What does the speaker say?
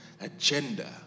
Agenda